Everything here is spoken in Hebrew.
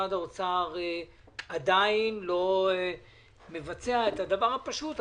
משרד האוצר עדיין לא מבצע את הדבר הפשוט.